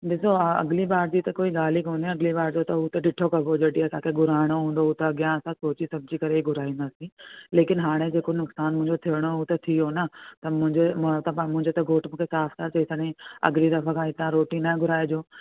ॾिसो हा अॻिली बार जी त कोई ॻाल्हि ही कोन्हे अॻिली बार से त उहो ॾिठो भगो जॾहिं असांखे घुराइणो हूंदो उहो त अॻियां असां सोची सम्झी करे ई घुराईंदासीं लेकिन हाणे जेको नुक़सान मुंहिंजो थियणो हुओ त थी वियो न त मुंहिंजे हुअं त पाण मुंहिंजे त घोटु मूंखे साफ़ साफ़ चई छॾईं अॻिली दफ़ा तां हितां रोटी न घुराइजो